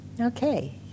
Okay